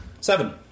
Seven